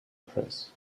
press